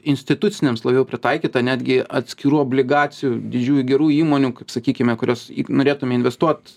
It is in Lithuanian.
instituciniams labiau pritaikyta netgi atskirų obligacijų didžiųjų gerų įmonių kaip sakykim kurios norėtume investuot